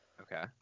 Okay